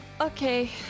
Okay